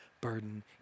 burden